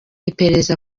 iperereza